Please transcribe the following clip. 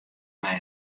mei